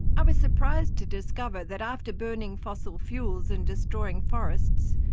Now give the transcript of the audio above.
i was surprised to discover that, after burning fossil fuels and destroying forests,